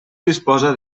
disposa